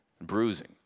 bruising